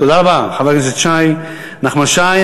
תודה רבה, חבר הכנסת נחמן שי.